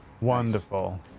Wonderful